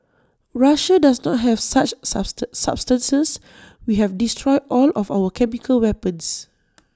Russia does not have such substances we have destroyed all of our chemical weapons